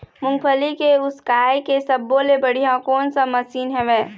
मूंगफली के उसकाय के सब्बो ले बढ़िया कोन सा मशीन हेवय?